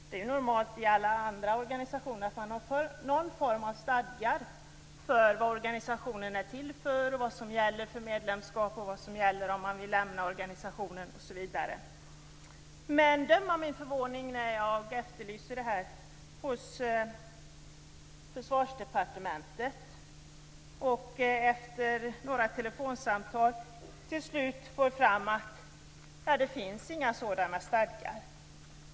Det är normalt i alla andra organisationer att man har någon form av stadgar för vad organisationen är till för, vad som gäller för medlemskap, vad som gäller om man vill lämna organisationen, osv. Men döm om min förvåning när jag efterlyser sådana regler hos Försvarsdepartementet och jag efter några telefonsamtal till slut får fram att det inte finns några sådana stadgar.